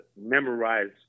memorize